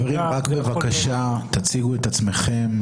חברים, רק בבקשה, תציגו את עצמכם.